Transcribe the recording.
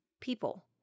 people